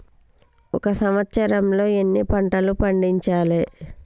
ఒక సంవత్సరంలో ఎన్ని పంటలు పండించాలే?